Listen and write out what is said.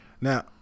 Now